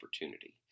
opportunity